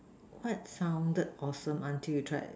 what sounded awesome until you try it